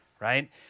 right